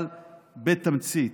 אבל בתמצית,